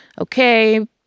okay